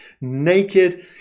naked